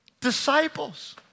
disciples